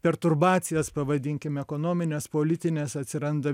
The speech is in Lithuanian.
perturbacijas pavadinkim ekonomines politines atsiranda